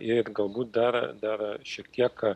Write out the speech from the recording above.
ir galbūt dar dar šiek tiek